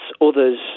others